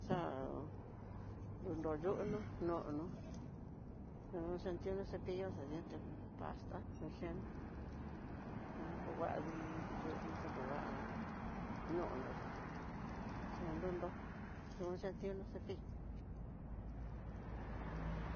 Xa'a nruyu ñunú, nonó xhun xetiuno cepillo e piente, pastá xhuxián xheni kunguano nyuno xakungua nonoya nonrono xhun xetiuno cepillo.